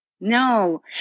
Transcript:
No